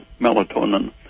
melatonin